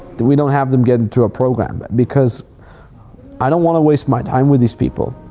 then we don't have them get into a program. because i don't wanna waste my time with these people.